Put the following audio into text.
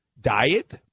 diet